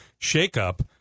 shakeup